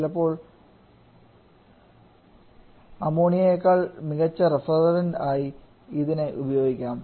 ചിലപ്പോൾ അമോണിയ യെക്കാൾ മികച്ച റെഫ്രിജറന്റ് ആയി ഇതിനെ ഉപയോഗിക്കാം